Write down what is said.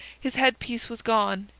his head-piece was gone,